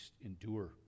endure